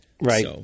Right